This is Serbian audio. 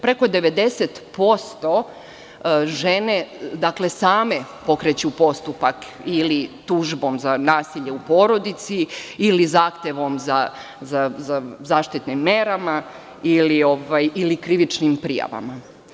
Preko 90% žene same pokreću postupak ili tužbom za nasilje u porodici ili zahtevom za zaštitnim merama ili krivičnim prijavama.